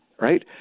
right